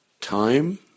time